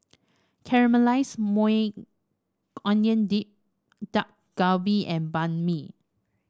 Caramelized Maui Onion Dip Dak Galbi and Banh Mi